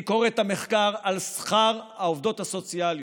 אני קורא את המחקר על שכר העובדות הסוציאליות: